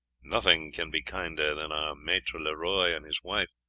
nothing can be kinder than are maitre leroux and his wife,